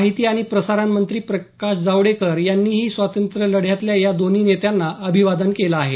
माहिती आणि प्रसारण मंत्री प्रकाश जावडेकर यांनीही स्वातंत्र्यलढ्यातल्या या दोन्ही नेत्यांना अभिवादन केलं आहे